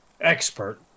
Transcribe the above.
expert